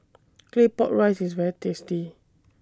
Claypot Rice IS very tasty